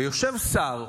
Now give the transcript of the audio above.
ויושב שר,